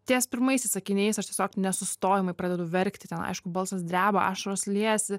ties pirmaisiais sakiniais aš tiesiog nesustojamai pradedu verkti ten aišku balsas dreba ašaros liejasi